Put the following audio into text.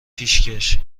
پیشکش